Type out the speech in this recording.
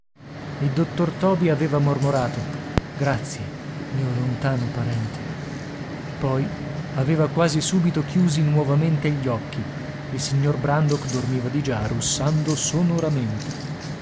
il dottor toby aveva mormorato grazie mio lontano parente poi aveva quasi subito chiusi nuovamente gli occhi il signor brandok dormiva di già russando sonoramente